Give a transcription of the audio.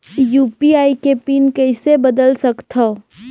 UPI के pin कइसे बदल सकथव?